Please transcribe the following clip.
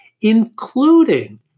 including